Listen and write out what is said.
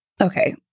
okay